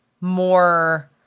more